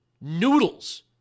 noodles